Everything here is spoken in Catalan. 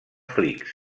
flix